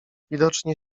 widocznie